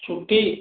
ଛୁଟି